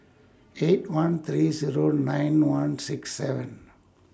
eight one three Zero nine one six seven